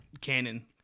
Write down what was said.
canon